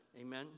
Amen